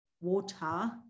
water